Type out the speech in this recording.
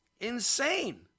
Insane